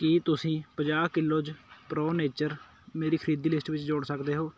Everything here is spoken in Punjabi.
ਕਿ ਤੁਸੀਂ ਪੰਜਾਹ ਕਿਲੋਜ਼ ਪ੍ਰੋ ਨੇਚਰ ਮੇਰੀ ਖਰੀਦੀ ਲਿਸਟ ਵਿੱਚ ਜੋੜ ਸਕਦੇ ਹੋ